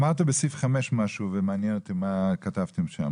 אמרת בסעיף 5 משהו ומעניין אותי מה כתבתם שם,